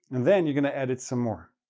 and then you're going to edit some more.